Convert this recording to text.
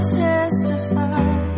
testify